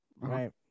Right